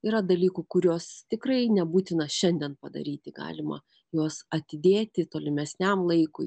yra dalykų kuriuos tikrai nebūtina šiandien padaryti galima juos atidėti tolimesniam laikui